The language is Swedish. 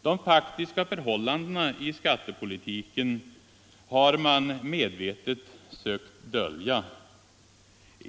De faktiska förhållandena i skattepolitiken har man medvetet sökt dölja.